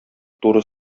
туры